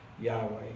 Yahweh